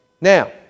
Now